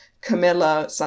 camilla